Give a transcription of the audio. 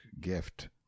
gift